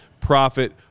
profit